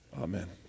Amen